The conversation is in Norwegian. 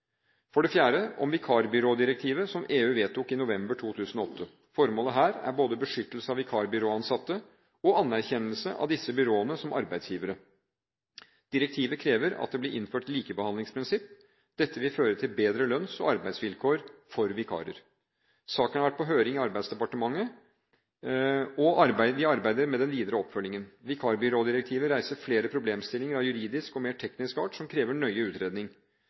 For det fjerde – om vikarbyrådirektivet som EU vedtok i november 2008: Formålet her er både beskyttelse av vikarbyråansatte og anerkjennelse av disse byråene som arbeidsgivere. Direktivet krever at det blir innført likebehandlingsprinsipp. Dette vil føre til bedre lønns- og arbeidsvilkår for vikarer. Saken har vært på høring, og Arbeidsdepartementet arbeider med den videre oppfølgingen. Vikarbyrådirektivet reiser flere problemstillinger av juridisk og mer teknisk art som krever nøye utredning.